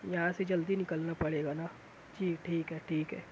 یہاں سے جلدی نکلنا پڑے گا نا جی ٹھیک ہے ٹھیک ہے